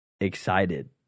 excited